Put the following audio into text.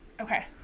Okay